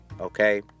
okay